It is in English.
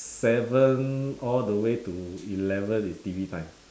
seven all the way to eleven is T_V time